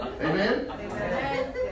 Amen